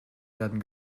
werden